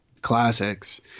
classics